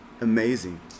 Amazing